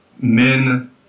men